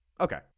Okay